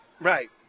Right